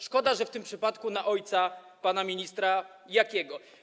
Szkoda, że w tym przypadku na ojca pana ministra Jakiego.